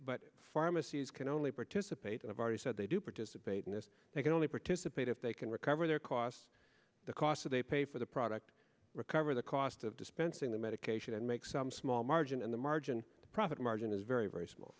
but pharmacies can only participate and i've already said they do participate in this they can only participate if they can recover their costs the costs are they pay for the product recover the cost of dispensing the medication and make some small margin in the margin the profit margin is very very small